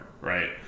right